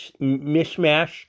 mishmash